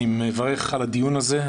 אני מברך על הדיון הזה.